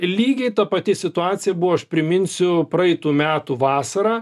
lygiai ta pati situacija buvo aš priminsiu praeitų metų vasarą